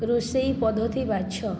ରୋଷେଇ ପଦ୍ଧତି ବାଛ